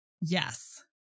Yes